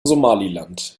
somaliland